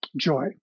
joy